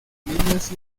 niños